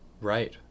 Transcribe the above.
Right